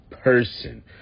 person